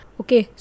okay